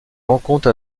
rencontre